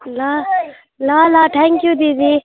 ल ल ल थ्याङ्क्यु दिदी